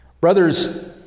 brothers